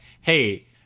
hey